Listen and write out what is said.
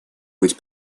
быть